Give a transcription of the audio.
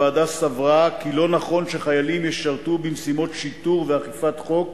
הוועדה סברה כי לא נכון שחיילים ישרתו במשימות שיטור ואכיפת חוק